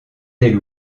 des